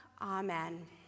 Amen